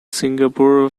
singapore